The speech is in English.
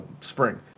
spring